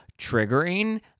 triggering